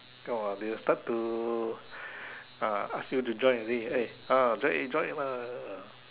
!wah! they'll start to ah ask you to join already eh eh join join lah ah